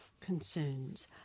concerns